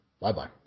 Bye-bye